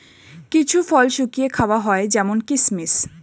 কিছু ফল শুকিয়ে খাওয়া হয় যেমন কিসমিস